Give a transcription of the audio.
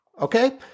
okay